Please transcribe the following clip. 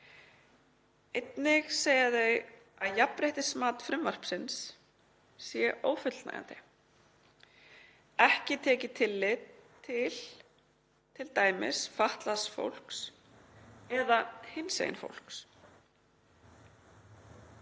Einnig segja þau að jafnréttismat frumvarpsins sé ófullnægjandi, að ekki sé tekið tillit til t.d. fatlaðs fólks eða hinsegin fólks.